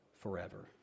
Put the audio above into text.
forever